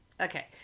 okay